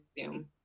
zoom